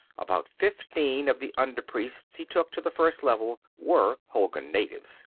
about fifteen of the under-priests he took to the first level were hulgun natives.